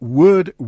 word